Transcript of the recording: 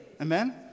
Amen